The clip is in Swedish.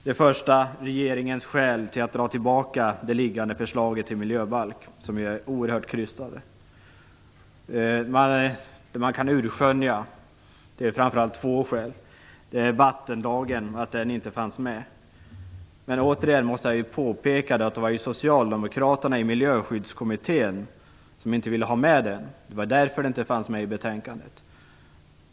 Det första gäller regeringens skäl till att dra tillbaka det liggande förslaget till miljöbalk, som ju är oerhört krystade. Man kan skönja att det framför allt är fråga om två skäl. Det första är vattenlagen, som inte fanns med i förslaget. Men återigen måste jag påpeka att det var socialdemokraterna i miljöskyddskommittén som inte ville ha den med. Därför fanns inte förslaget med i betänkandet.